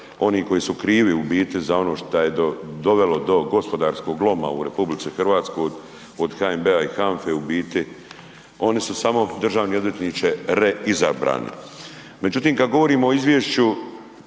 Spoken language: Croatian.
oni koji su krivi u biti za ono šta je dovelo do gospodarskog loma u RH od HNB-a i HANFA-e u biti, oni su samo državni odvjetniče reizabrani. Međutim kad govorimo o izvješću,